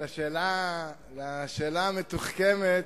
בשאלה המתוחכמת,